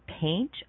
paint